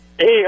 Hey